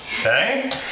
okay